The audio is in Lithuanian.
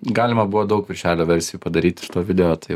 galima buvo daug viršelio versijų padaryt iš šito video tai